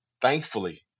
thankfully